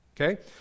Okay